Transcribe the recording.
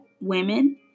women